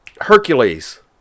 Hercules